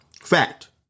Fact